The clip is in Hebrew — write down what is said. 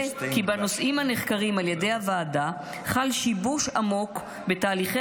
כי בנושאים הנחקרים על ידי הוועדה חל שיבוש עמוק בתהליכי